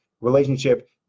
relationship